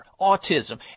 autism